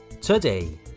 today